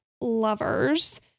lovers